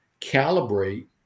calibrate